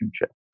relationship